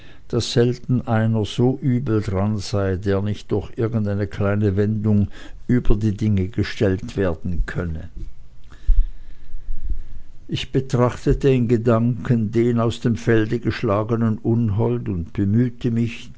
daß selten einer so übel daran sei der nicht durch irgendeine kleine wendung über die dinge gestellt werden könne ich betrachtete in gedanken den aus dem felde geschlagenen unhold und bemühte mich